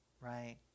Right